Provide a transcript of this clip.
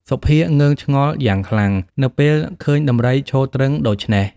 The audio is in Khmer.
សុភាងឿងឆ្ងល់យ៉ាងខ្លាំង នៅពេលឃើញដំរីឈរទ្រឹងដូច្នេះ ។